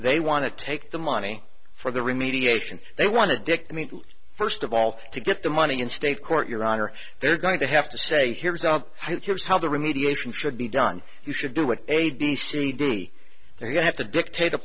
they want to take the money for the remediation they want to dick they mean first of all to get the money in state court your honor they're going to have to stay here here's how the remediation should be done you should do it a d c d there you have to dictate a